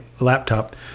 laptop